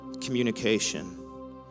communication